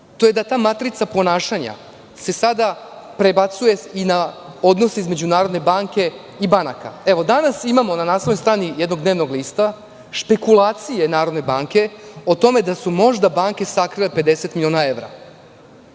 to je da se ta matrica ponašanja sada prebacuje i na odnos između Narodne banke i banaka. Evo, danas imamo na naslovnoj strani jednog dnevnog lista špekulacije Narodne banke o tome da su možda banke sakrile 50 miliona evra.